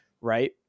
right